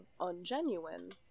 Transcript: ungenuine